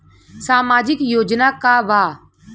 सामाजिक योजना का बा?